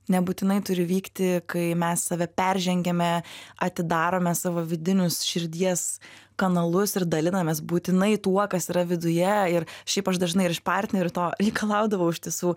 nebūtinai turi vykti kai mes save peržengiame atidarome savo vidinius širdies kanalus ir dalinamės būtinai tuo kas yra viduje ir šiaip aš dažnai ir iš partnerių to reikalaudavau iš tiesų